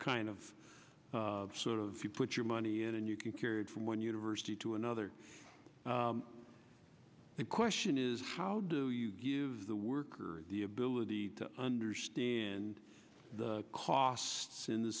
kind of sort of you put your money in and you can cure it from one university to another the question is how do you give the worker the ability to understand the costs in the